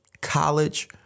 college